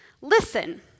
Listen